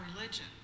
religion